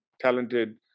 talented